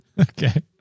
Okay